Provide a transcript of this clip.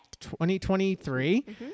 2023